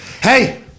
Hey